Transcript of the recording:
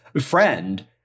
friend